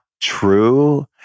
true